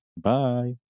Bye